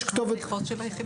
מדריכות של היחידה.